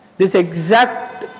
this exact